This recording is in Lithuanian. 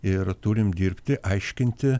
ir turim dirbti aiškinti